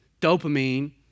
dopamine